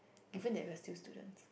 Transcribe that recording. given that we're still students